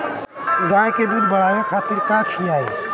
गाय के दूध बढ़ावे खातिर का खियायिं?